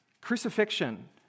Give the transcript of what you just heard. crucifixion